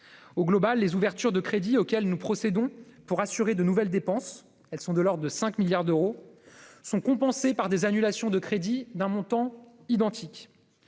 globale, les ouvertures de crédits auxquelles nous procédons pour assurer de nouvelles dépenses, de l'ordre de 5 milliards d'euros, sont compensées par des annulations de crédits d'un montant identique.